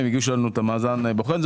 הם הגישו לנו את מאזן הבוחן.